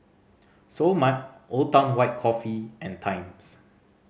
Seoul Mart Old Town White Coffee and Times